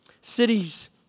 Cities